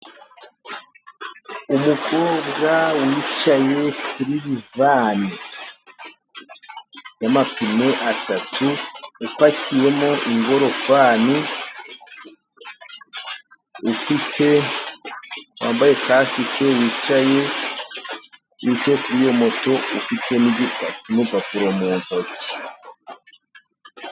Umukobwa wicaye kuri rivani y'amapine atatu, ipakiyemo ingorofani wambaye kasike wicaye kuri iyo moto ufite n'urugapuro mu ntoki.